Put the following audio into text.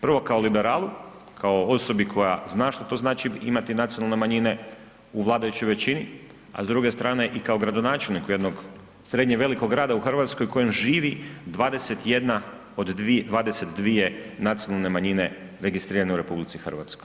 Prvo kao liberalu, kao osobi koja zna šta to znači imati nacionalne manjine u vladajućoj većini, a s druge strane i kao gradonačelniku jednog srednje velikog grada u Hrvatskoj u kojem živi 21 od 22 nacionalne manjine registrirane u RH.